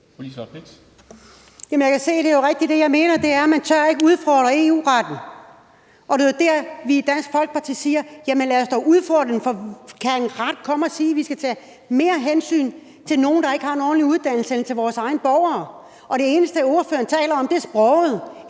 Folkeparti siger: Jamen lad os dog udfordre den. For kan en ret komme og sige, at vi skal tage mere hensyn til nogle, der ikke har en ordentlig uddannelse, end til vores egne borgere? Og det eneste, ordføreren taler om, er sproget.